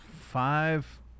five